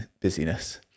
busyness